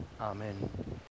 Amen